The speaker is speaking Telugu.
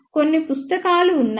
కొన్ని పుస్తకాలు ఉన్నాయి